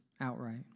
outright